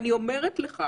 אני לא